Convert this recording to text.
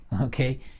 okay